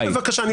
בבקשה.